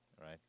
right